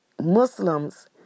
Muslims